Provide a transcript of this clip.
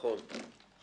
נכון.